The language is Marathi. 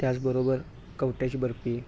त्याचबरोबर कवट्याची बर्फी